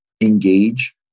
Engage